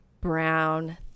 brown